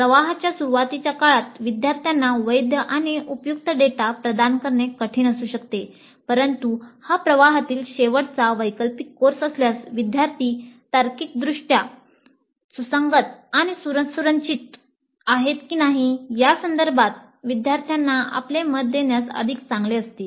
प्रवाहाच्या सुरुवातीच्या काळात विद्यार्थ्यांना वैध आणि उपयुक्त डेटा प्रदान करणे कठिण असू शकते परंतु हा प्रवाहातील शेवटचा वैकल्पिक कोर्स असल्यास विद्यार्थी तार्किकदृष्ट्या सुसंगत आणि सुसंरचित आहेत की नाही या संदर्भात विद्यार्थ्यांना आपले मत देण्यास अधिक चांगले असतील